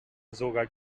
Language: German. sogar